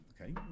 okay